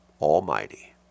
Almighty